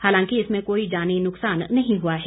हालांकि इसमें कोई जानी नुकसान नहीं हुआ है